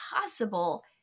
possible